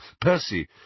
Percy